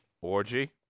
orgy